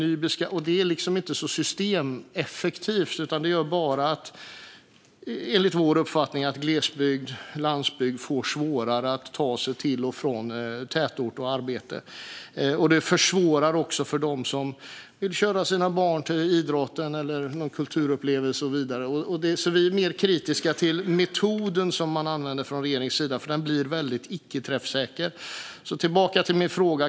Detta är inte så systemeffektivt utan gör bara, enligt vår uppfattning, att folk på glesbygd och landsbygd får svårare att ta sig till och från tätort och arbete. Det försvårar också för dem som vill köra sina barn till idrottsaktiviteter eller kulturupplevelser. Vi är kritiska till metoden som regeringen använder eftersom den blir väldigt oträffsäker.